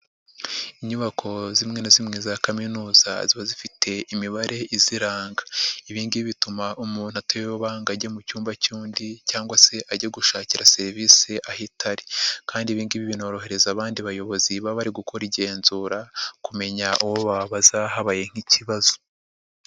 Inyubako zimwe na zimwe za kaminuza ziba zifite imibare iziranga. Ibingibi bituma umuntu atayoba ngo ajye mu cyumba cy'undi cyangwa se ajya gushakira serivisi aho itari. Kandi ibindi binorohereza abandi bayobozi baba bari gukora igenzura kumenya uwo babaza habaye nk'ikibazo.